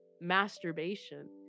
masturbation